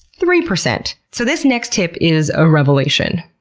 three percent. so this next tip is a revelation.